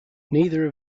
neither